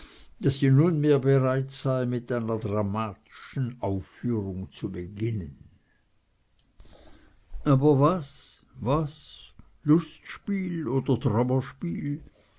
daß sie nunmehr bereit sei mit einer dramatischen aufführung zu beginnen aber was was lustspiel oder